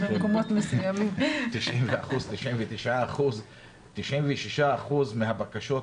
אני סומך על הוועדה